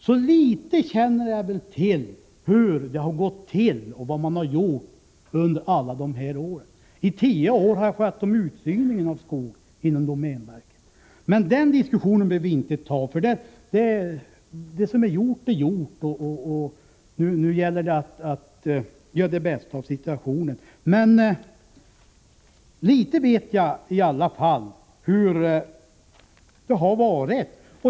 Något vet jag alltså om hur det har gått till och om vad man har gjort under alla de här åren. Dessutom har jag under tio år skött utsyningen av skog inom domänverket. Men den diskussionen behöver vi inte föra, för gjort är gjort, och nu gäller det att göra det bästa möjliga av situationen. Men, som sagt, litet vet jag i alla fall om hur det har varit.